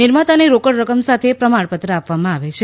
નિર્માતાને રોકડ રકમ સાથે પ્રમાણપત્ર આપવામાં આવે છે